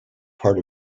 part